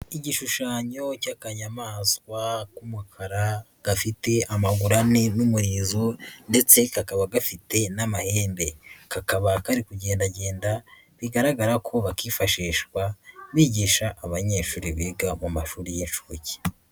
Igishushanyo cy'akanyamaswa k'umukara, gafite amaguru ane n'umurizo ndetse kakaba gafite n'amahembe. Kakaba kari kugendagenda, bigaragara ko bakifashishwa bigisha abanyeshuri biga mu mashuri y'inshuke.